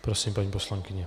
Prosím, paní poslankyně.